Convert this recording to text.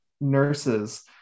nurses